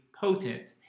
potent